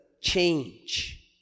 change